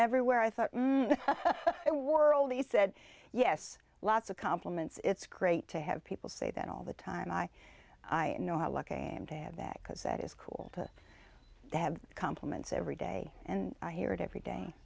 everywhere i thought the world he said yes lots of compliments it's great to have people say that all the time i i know how lucky i am to have that because that is cool they have compliments every day and i hear it every day